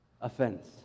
offense